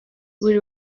buri